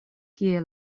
kie